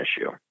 issue